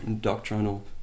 doctrinal